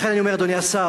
לכן אני אומר, אדוני השר,